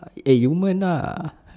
eh yumen lah